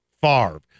Favre